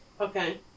Okay